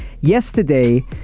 yesterday